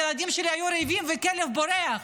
הילדים שלי היו רעבים והכלב היה בורח.